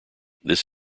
this